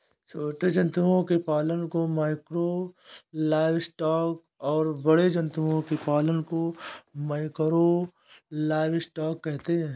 छोटे जंतुओं के पालन को माइक्रो लाइवस्टॉक और बड़े जंतुओं के पालन को मैकरो लाइवस्टॉक कहते है